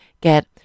get